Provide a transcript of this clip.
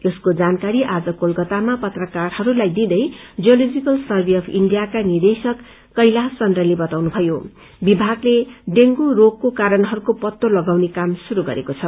यसको जानकारी आज कलकतामा पत्रकारहरूलाई दिँदै जूलोजिकल सर्मे अफ् इण्डियाका निदेशक कैलाश चन्द्रले बताउनुभयो कि विमागले डेंगू बिमारी हुने कारणहरूको पत्तो लगाउने काम श्रुरू गरेको छ